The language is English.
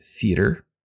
Theater